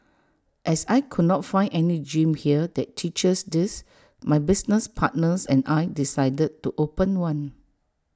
as I could not find any gym here that teaches this my business partners and I decided to open one